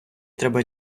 треба